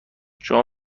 شما